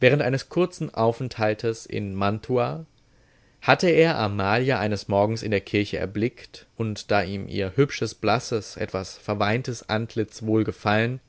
während eines kurzen aufenthalts in mantua hatte er amalia eines morgens in der kirche erblickt und da ihm ihr hübsches blasses etwas verweintes antlitz wohlgefallen